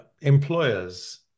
employers